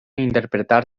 interpretar